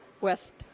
West